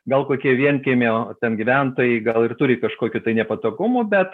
gal kokie vienkiemio gyventojai gal ir turi kažkokių tai nepatogumų bet